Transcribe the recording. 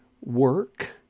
work